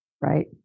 Right